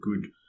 good